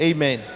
Amen